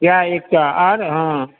इएह एकटा आर हॅं